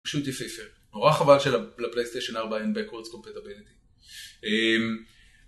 פשוט יפיפה. נורא חבל שלפלייסטיישן 4 אין Backwards Compatibility